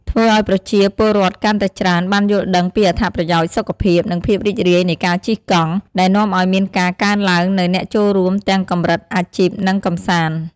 ធ្វើអោយប្រជាពលរដ្ឋកាន់តែច្រើនបានយល់ដឹងពីអត្ថប្រយោជន៍សុខភាព និងភាពរីករាយនៃការជិះកង់ ដែលនាំឲ្យមានការកើនឡើងនូវអ្នកចូលរួមទាំងកម្រិតអាជីព និងកម្សាន្ត។